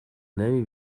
نمی